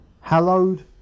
hallowed